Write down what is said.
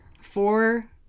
Four